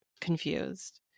confused